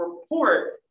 report